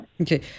okay